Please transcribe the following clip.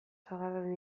sagarraren